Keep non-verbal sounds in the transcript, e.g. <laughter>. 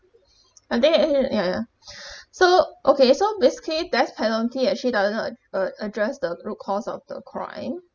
and then <noise> ya ya <breath> so okay so basically death penalty actually doesn't uh address the root cause of the crime